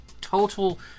total